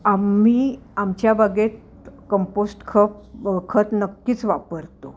आम्ही आमच्या बागेत कंपोस्ट खप खत नक्कीच वापरतो